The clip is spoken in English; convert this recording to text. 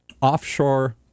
offshore